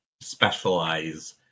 specialize